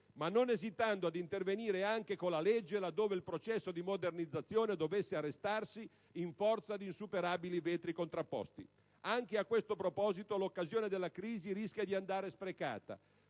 ma non esitando ad intervenire anche con la legge là dove il processo di modernizzazione dovesse arrestarsi in forza di insuperabili veti contrapposti. Anche a questo proposito, l'occasione della crisi rischia di andare sprecata: